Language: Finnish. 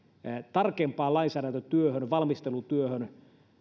tarkempaan lainsäädäntötyöhön valmistelutyöhön